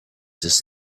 this